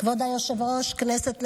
כבוד היושב-ראש, כנסת נכבדה,